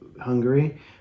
Hungary